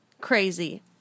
Crazy